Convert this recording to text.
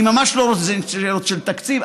אני ממש לא רוצה, אלה שאלות של תקציב.